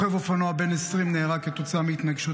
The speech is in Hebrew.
רוכב אופנוע בן 20 נהרג כתוצאה מהתנגשות